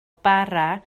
bara